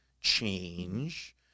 change